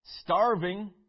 starving